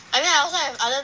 I mean I also have other